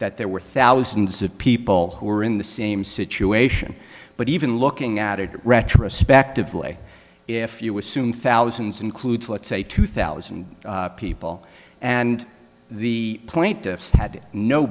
that there were thousands of people who were in the same situation but even looking at it retrospectively if you assume thousands includes let's say two thousand people and the point had no